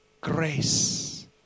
grace